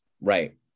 Right